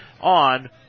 on